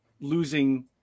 losing